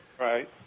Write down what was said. right